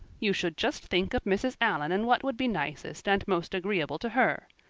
you should just think of mrs. allan and what would be nicest and most agreeable to her,